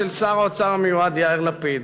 של שר האוצר המיועד יאיר לפיד.